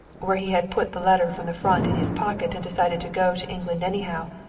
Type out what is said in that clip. where he had put the letter from the front in his pocket and decided to go to england anyhow,